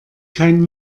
kein